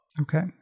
Okay